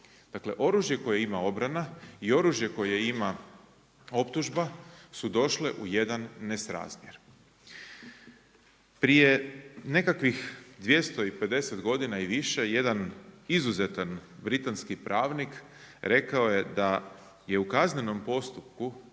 Dakle, oružje koje ima obrana i oružje koje ima optužba su došle u jedan nesrazmjer. Prije nekakvih 250 godina i više jedan izuzetan britanski pravnik rekao je da je u kaznenom postupku